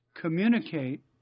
Communicate